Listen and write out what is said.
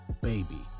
Baby